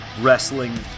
Wrestling